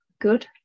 good